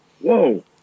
whoa